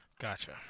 Gotcha